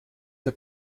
der